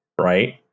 Right